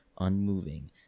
unmoving